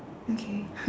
okay